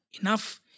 enough